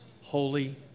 holy